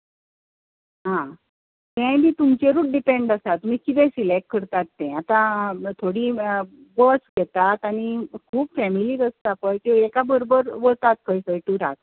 आं तेंय बी तुमचेरूच डिपेन्ड आसा तुमी कितें सिलेक्ट करतात तें आतां थोडीं बस घेतात आनी खूब फेमिलीच आसता पळय त्यो एकाच बराबर वतात खंय खंय टुराक